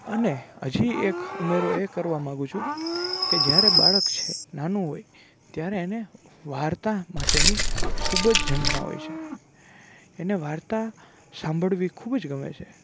અને હજી એક ઉમેરો એ કરવા માગું છું કે જ્યારે બાળક છે નાનું હોય ત્યારે એને વાર્તા માટેની ખૂબ જ ઝંખના હોય છે એને વાર્તા સાંભળવી ખૂબ જ ગમે છે